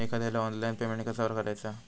एखाद्याला online payment कसा करायचा?